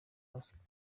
abasomyi